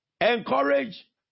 encourage